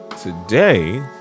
Today